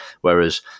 Whereas